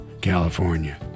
California